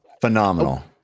phenomenal